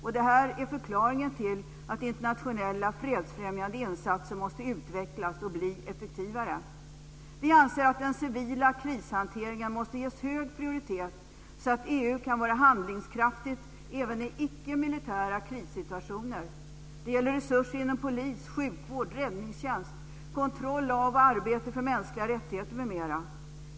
Detta är förklaringen till att internationella fredsfrämjande insatser måste utvecklas och bli effektivare. Vi anser att den civila krishanteringen måste ges hög prioritet så att EU kan vara handlingskraftigt även i icke-militära krissituationer. Det gäller resurser inom polis, sjukvård, räddningstjänst, kontroll av och arbete för mänskliga rättigheter m.m.